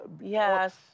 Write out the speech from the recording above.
Yes